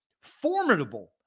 Formidable